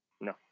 no